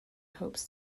hopes